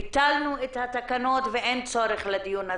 ביטלו את התקנות ואין צורך בדיון.